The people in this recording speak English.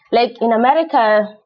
like in america,